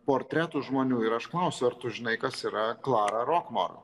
portretus žmonių ir aš klausiu ar tu žinai kas yra klara rokmor